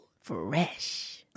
Fresh